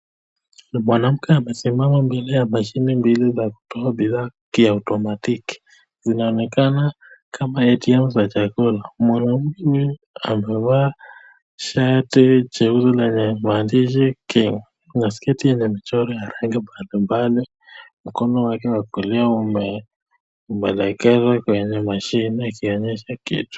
Ni mwanamke amesimama mbele ya mashine mbili za kutoa bidhaa kiotomatiki. Zinaonekana kama ATM za chakula. Mwanamke huyu amevaa shati jeusi lenye maandishi KING na sketi yenye michoro ya rangi mbalimbali. Mkono wake wa kulia umeelekezwa kwenye mashine akionyesha kitu.